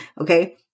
Okay